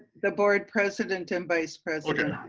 the board president and vice president.